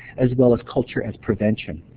as well as culture as prevention.